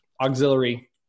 auxiliary